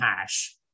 hash